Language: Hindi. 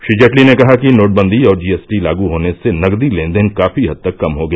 श्री जेटली ने कहा कि नोटबंदी और जीएसटी लागू होने से नगदी लेन देन काफी हद तक कम हो गया